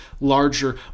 larger